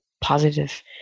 positive